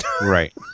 Right